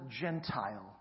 Gentile